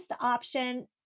option